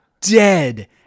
dead